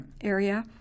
area